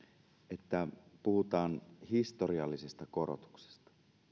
että puhutaan historiallisesta korotuksesta